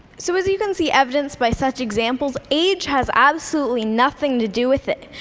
so as you can see evidenced by such examples, age has absolutely nothing to do with it.